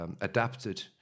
adapted